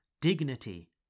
dignity